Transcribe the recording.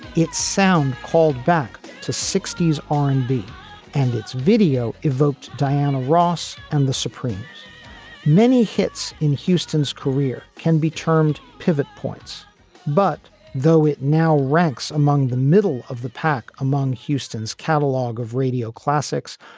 its sound called back to sixty s r and b and its video evoked diana ross and the supremes many hits in houston's career can be termed pivot points but though it now ranks among the middle of the pack among houston's catalog of radio classics,